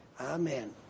Amen